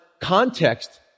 context